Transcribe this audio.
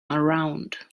around